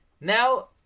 Now